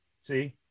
see